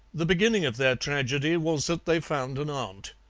the beginning of their tragedy was that they found an aunt.